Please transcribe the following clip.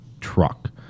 truck